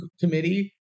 committee